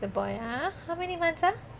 it's a boy ah how many months ah